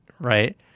right